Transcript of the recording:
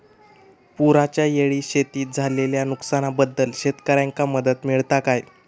पुराच्यायेळी शेतीत झालेल्या नुकसनाबद्दल शेतकऱ्यांका मदत मिळता काय?